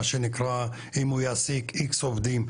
מה שנקרא אם הוא יעסיק איקס עובדים,